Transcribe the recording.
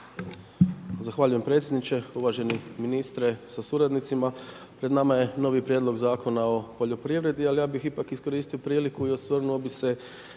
Zahvaljujem predsjedniče, uvaženi ministre sa suradnicima, pred nama je novi prijedlog Zakona o poljoprivredi, ali ja bi ipak iskoristio priliku i osvrnuo bi se